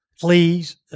please